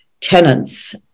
tenants